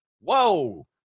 Whoa